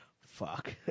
fuck